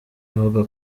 avuga